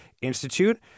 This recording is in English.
Institute